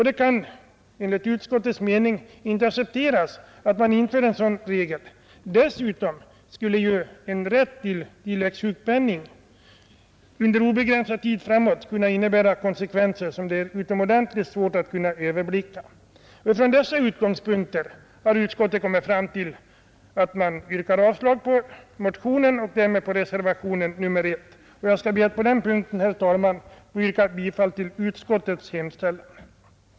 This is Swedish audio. Det kan enligt utskottets mening inte accepteras att man inför en sådan regel som reservationen 1 innebär. Dessutom skulle rätt till tilläggssjukpenning under obegränsad tid framåt kunna innebära konsekvenser som det är utomordentligt svårt att överblicka. Från dessa utgångspunkter har utskottet kommit fram till ett avslagsyrkande på motionen och därmed också på reservationen 1, och jag skall på den punkten be att få yrka bifall till utskottets hemställan.